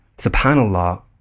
SubhanAllah